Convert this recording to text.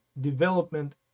development